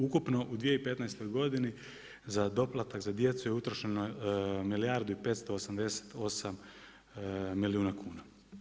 Ukupno u 2015. godini za doplatak za djecu je utrošeno milijardu i 588 milijuna kuna.